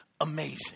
amazing